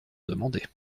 demandée